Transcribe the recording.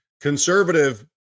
Conservative